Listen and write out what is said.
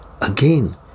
Again